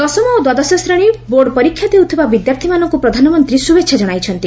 ଦଶମ ଓ ଦ୍ୱାଦଶ ଶ୍ରେଣୀ ବୋର୍ଡ ପରୀକ୍ଷା ଦେଉଥିବା ବିଦ୍ୟାର୍ଥୀମାନଙ୍କୁ ପ୍ରଧାନମନ୍ତ୍ରୀ ଶୁଭେଚ୍ଛା ଜଣାଇଛନ୍ତି